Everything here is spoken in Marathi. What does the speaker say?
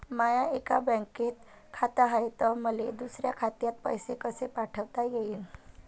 माय एका बँकेत खात हाय, त मले दुसऱ्या खात्यात पैसे कसे पाठवता येईन?